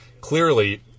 clearly